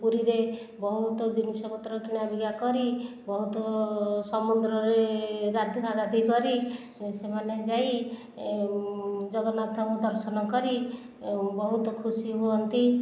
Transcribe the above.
ପୁରୀରେ ବହୁତ ଜିନିଷ ପତ୍ର କିଣାବିକା କରି ବହୁତ ସମୁଦ୍ରରେ ଗାଧାଗାଧି କରି ଓ ସେମାନେ ଯାଇ ଜଗନ୍ନାଥ ଙ୍କୁ ଦର୍ଶନ କରି ବହୁତ ଖୁସି ହୁଅନ୍ତି